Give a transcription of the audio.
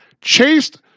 chased